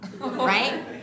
right